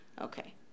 Okay